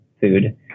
food